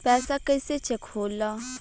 पैसा कइसे चेक होला?